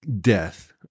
death